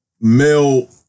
male